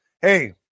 hey